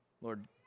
Lord